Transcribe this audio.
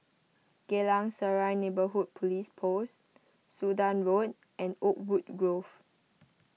Geylang Serai Neighbourhood Police Post Sudan Road and Oakwood Grove